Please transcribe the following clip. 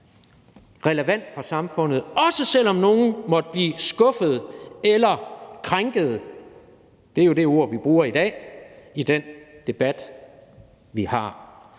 relevant for samfundet, også selv om nogle måtte blive skuffede eller krænkede. Det er jo det ord, vi bruger i dag i den debat, vi har.